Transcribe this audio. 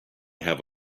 have